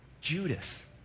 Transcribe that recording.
Judas